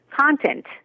content